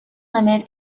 limit